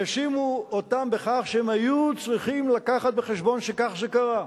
האשימו אותם בכך שהם היו צריכים לקחת בחשבון שכך זה יקרה,